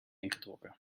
ingetrokken